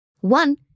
One